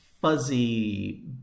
fuzzy